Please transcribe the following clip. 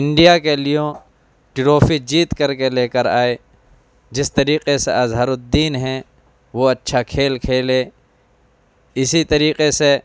India کے لیے trophy جیت کر کے لے کر آئے جس طریقے سے اظہرالدین ہیں وہ اچھا کھیل کھیلے اسی طریقے سے